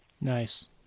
Nice